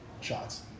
shots